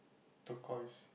turquoise